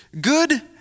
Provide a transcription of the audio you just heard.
good